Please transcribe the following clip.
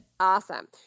Awesome